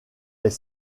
est